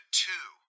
two